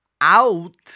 out